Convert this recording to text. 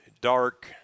dark